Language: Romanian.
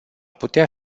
putea